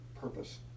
purpose